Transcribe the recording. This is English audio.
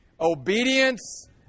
obedience